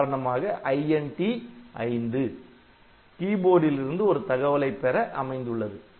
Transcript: உதாரணமாக INT 5 key போர்டில் இருந்து ஒரு தகவலை பெற அமைந்துள்ளது